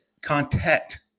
contact